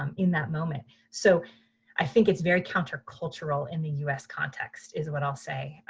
um in that moment. so i think it's very countercultural in the u s. context is what i'll say.